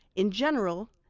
in general,